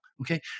okay